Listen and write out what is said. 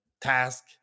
task